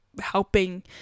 helping